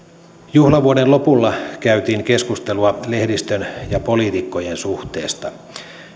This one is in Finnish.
juhlavuoden lopulla käytiin keskustelua lehdistön ja poliitikkojen suhteesta